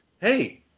hey